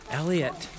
Elliot